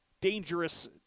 dangerous